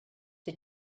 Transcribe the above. the